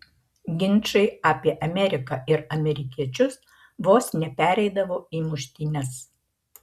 ginčai apie ameriką ir amerikiečius vos nepereidavo į muštynes